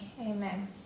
amen